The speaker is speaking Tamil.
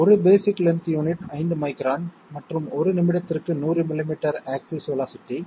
ஒரு பேஸிக் லென்த் யூனிட் 5 மைக்ரான் மற்றும் ஒரு நிமிடத்திற்கு 100 மில்லிமீட்டர் ஆக்ஸிஸ் வேலோஸிட்டி